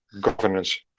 governance